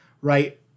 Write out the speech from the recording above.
right